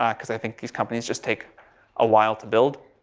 um because i think these companies just take a while to build.